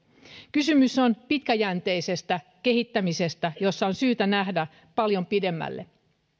kysymys on pitkäjänteisestä kehittämisestä jossa on syytä nähdä paljon pidemmälle